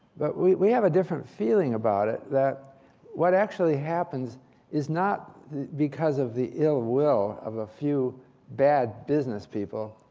but we have a different feeling about it. that what actually happens is not because of the ill will of a few bad business people,